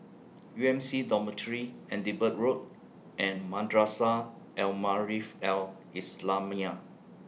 U M C Dormitory Edinburgh Road and Madrasah Al Maarif Al Islamiah